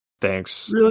Thanks